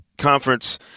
conference